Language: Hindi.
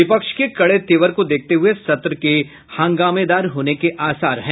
विपक्ष के कड़े तेवर को देखते हुए सत्र के हंगामेदार होने के आसार हैं